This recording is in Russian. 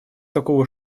такого